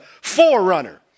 forerunner